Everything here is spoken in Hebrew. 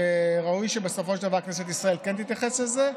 וראוי שבסופו של דבר כנסת ישראל כן תתייחס לזה,